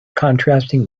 contrasting